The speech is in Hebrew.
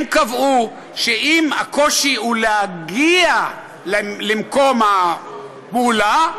הם קבעו שאם הקושי הוא להגיע למקום הפעולה,